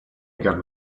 begin